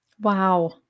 Wow